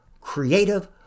creative